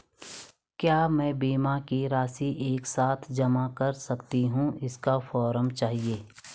क्या मैं बीमा की राशि एक साथ जमा कर सकती हूँ इसका फॉर्म चाहिए?